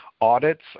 audits